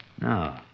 No